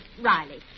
Riley